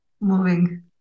moving